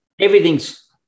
everything's –